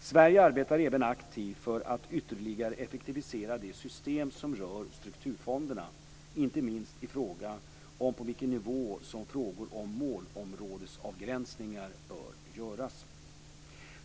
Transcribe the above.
Sverige arbetar även aktivt för att ytterligare effektivisera det system som rör strukturfonderna, inte minst i frågan om på vilken nivå som frågor om målområdesavgränsningar bör göras.